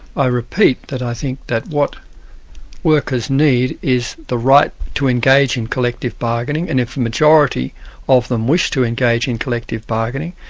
i repeat that i think that what workers need is the right to engage in collective bargaining, and if the majority of them wish to engage in collective bargaining,